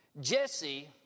Jesse